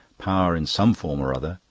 power in some form or other.